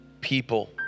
people